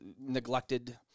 neglected